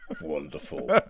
Wonderful